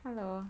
hello